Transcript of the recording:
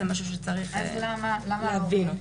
למה להוריד?